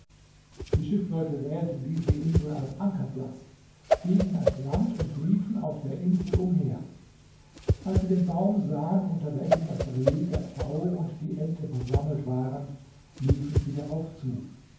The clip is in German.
die schiffleute wählten diese insel als ankerplatz stiegen ans land und liefen auf der insel umher als sie den baum sahen unter welchem das reh der pfau und die ente versammelt waren liefen sie darauf zu